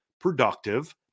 productive